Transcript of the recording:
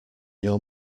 your